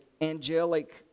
angelic